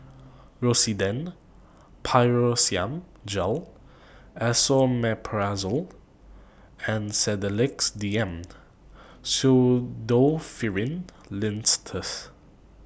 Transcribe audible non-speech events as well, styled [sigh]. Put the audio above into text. [noise] Rosiden Piroxicam Gel Esomeprazole and Sedilix D M Pseudoephrine Linctus